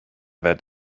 that